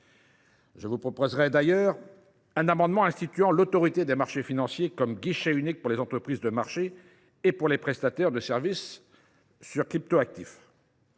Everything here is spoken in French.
Je vous proposerai d’ailleurs un amendement visant à instituer l’Autorité des marchés financiers comme guichet unique pour les entreprises de marché et pour les prestataires de services sur cryptoactifs.